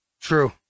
True